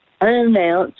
Unannounced